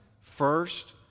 first